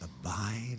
abide